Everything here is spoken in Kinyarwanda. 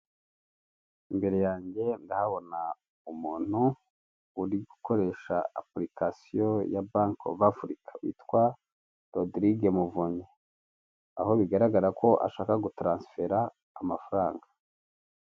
Imbere yange ndahabona umuntu uri gukoresha apurikasiyo ya banki ofu Afurika yitwa Rodirige Muvunyi. Aho bigaragara ko ashaka gutaransifera amafaranga.